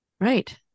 Right